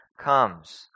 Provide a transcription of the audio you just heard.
comes